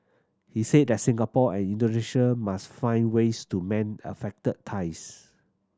he said that Singapore and Indonesia must find ways to mend affected ties